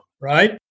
right